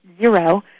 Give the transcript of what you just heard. zero